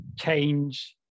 change